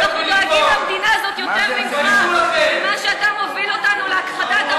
מה זה הסגנון הזה?